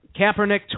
Kaepernick